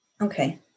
Okay